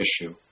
issue